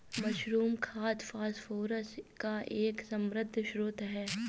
mushroom खाद phosphate का एक समृद्ध स्रोत है